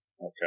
Okay